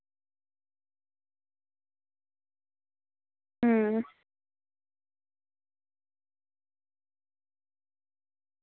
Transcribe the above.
अं